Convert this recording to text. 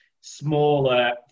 smaller